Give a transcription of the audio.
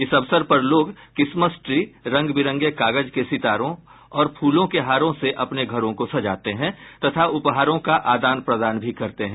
इस अवसर पर लोग क्रिसमस ट्री रंग बिरंगे कागज के सितारों और फूलों के हारों से अपने घरों को सजाते हैं तथा उपहारों का आदान प्रदान भी करते हैं